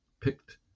picked